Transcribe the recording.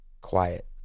quiet